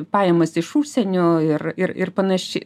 pajamas iš užsienio ir ir ir panašiai